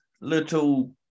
little